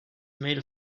made